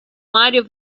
mario